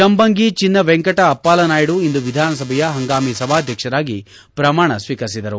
ಶಂಬಂಗಿ ಚಿನ್ನ ವೆಂಕಟ ಅಪ್ಲಾಲ ನಾಯ್ಡು ಇಂದು ವಿಧಾನಸಭೆಯ ಹಂಗಾಮಿ ಸಭಾಧಕ್ಷರಾಗಿ ಪ್ರಮಾಣ ಸ್ವೀಕರಿಸಿದರು